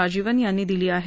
राजीवन यांनी दिली आहे